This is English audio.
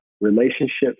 relationships